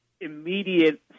immediate